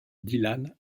dylan